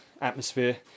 atmosphere